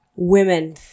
women